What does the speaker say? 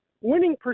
winning